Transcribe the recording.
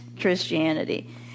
Christianity